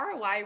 ROI